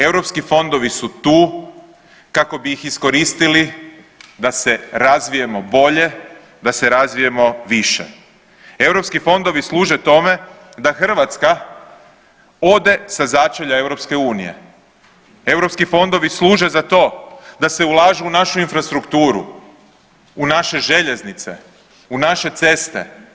Europski fondovi su tu kako bi ih iskoristili da se razvijemo bolje, da se razvijemo više, europski fondovi služe tome da Hrvatska ode sa začelja EU, europski fondovi služe za to da se ulaže u našu infrastrukturu, u naše željeznice, u naše ceste.